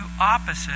opposite